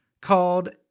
...called